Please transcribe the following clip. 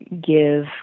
give